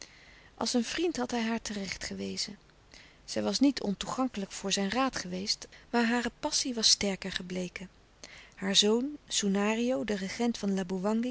als een vriend had hij haar terecht gewezen zij was niet ontoegankelijk voor zijn raad geweest maar hare passie was sterker gebleken haar zoon soenario de regent van